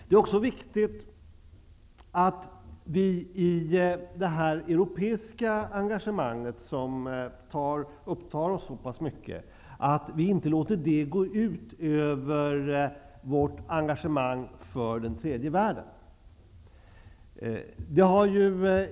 Det är också viktigt att vi inte låter det europeiska engagemanget, som upptar oss så pass mycket, gå ut över vårt engagemang för tredje världen.